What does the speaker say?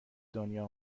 دنیا